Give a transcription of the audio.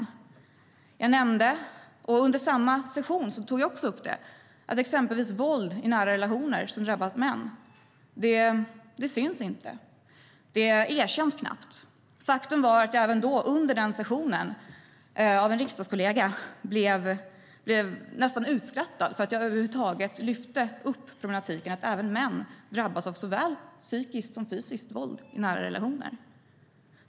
Under sessionen i Nordiska rådet tog jag upp att exempelvis våld i nära relationer som drabbar män inte syns och knappt erkänns. Faktum var att jag då, under den sessionen, blev nästan utskrattad av en riksdagskollega för att jag över huvud taget lyfte fram problematiken att även män drabbas av såväl fysiskt som psykiskt våld i nära relationer.